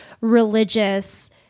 religious